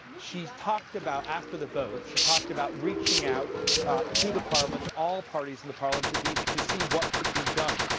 she's talked about after the vote, she talked about reaching out to the parliament, to all parties in the parliament, to to see what could be done